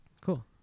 Cool